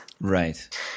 Right